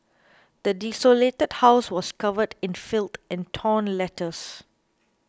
the desolated house was covered in filth and torn letters